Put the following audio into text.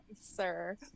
sir